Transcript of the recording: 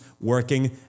working